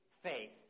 faith